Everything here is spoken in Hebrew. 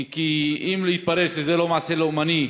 כי אם יתברר שזה לא מעשה לאומני,